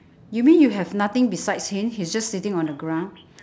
you mean you have nothing besides him he's just sitting on the ground